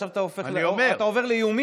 ועכשיו אתה עובר לאיומים?